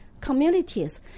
communities